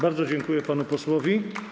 Bardzo dziękuję panu posłowi.